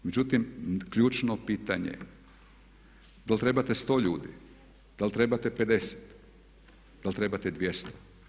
Međutim, ključno pitanje je da li trebate sto ljudi, da li trebate 50, da li trebate 200.